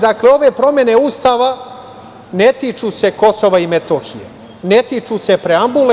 Dakle, ove promene Ustava ne tiču se Kosova i Metohije, ne tiču se preambule.